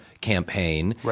campaign